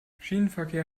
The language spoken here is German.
schienenverkehr